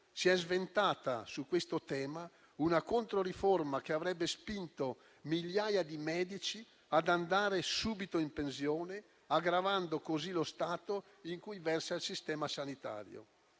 si è sventata su questo tema una controriforma che avrebbe spinto migliaia di medici ad andare subito in pensione, aggravando così lo stato in cui versa il Sistema sanitario.